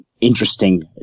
interesting